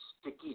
sticky